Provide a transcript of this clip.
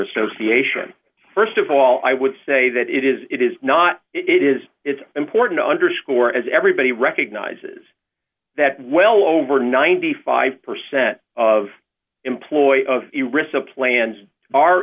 association st of all i would say that it is it is not it is it's important to underscore as everybody recognizes that well over ninety five percent of employ